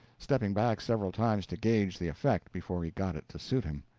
stepping back several times to gauge the effect before he got it to suit him.